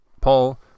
Paul